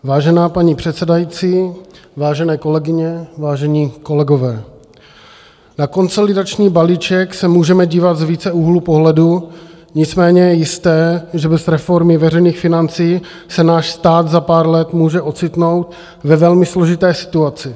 Vážená paní předsedající, vážené kolegyně, vážení kolegové, na konsolidační balíček se můžeme dívat z více úhlů pohledu, nicméně je jisté, že bez reformy veřejných financí se náš stát za pár let může ocitnout ve velmi složité situaci.